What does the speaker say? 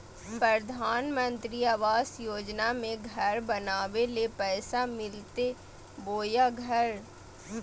प्रधानमंत्री आवास योजना में घर बनावे ले पैसा मिलते बोया घर?